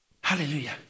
Hallelujah